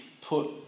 put